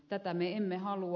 tätä me emme halua